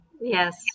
Yes